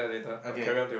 okay